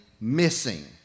missing